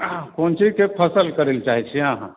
क़ोन चीज़के फसल करय लए चाहै छियै अहाँ